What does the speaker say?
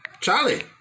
Charlie